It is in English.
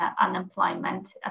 unemployment